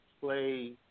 play